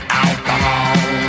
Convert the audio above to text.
alcohol